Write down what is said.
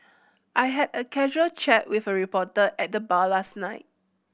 I had a casual chat with a reporter at the bar last night